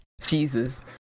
Jesus